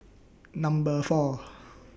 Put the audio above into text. Number four